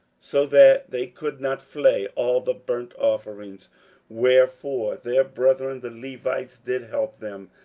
so that they could not flay all the burnt offerings wherefore their brethren the levites did help them,